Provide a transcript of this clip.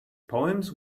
poems